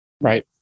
Right